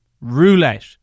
Roulette